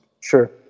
sure